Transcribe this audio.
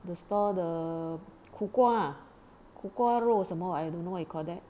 the store the 苦瓜 ah 苦瓜肉什么 I don't know what you call that